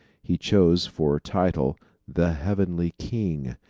he chose for title the heavenly king,